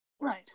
Right